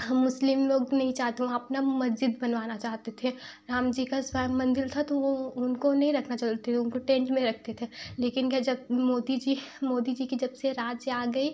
हम मुस्लिम लोग नहीं चाहते वहाँ अपना मस्जिद बनवाना चाहते थे राम जी का स्वयं मंदिर था तो वो उनको नहीं रखना चाहते थे उनको टेंट में रखते थे लेकिन क्या जब मोदी जी मोदी जी की जब से राज आ गई